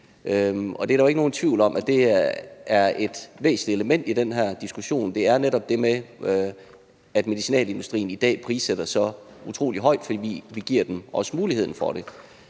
Der er jo ikke nogen tvivl om, at det er et væsentligt element i den her diskussion, netop det med, at medicinalindustrien i dag prissætter så utrolig højt, fordi vi også giver dem muligheden for det.